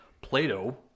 Plato